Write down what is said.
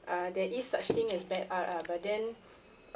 uh there is such thing as bad art ah but then